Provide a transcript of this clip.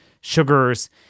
sugars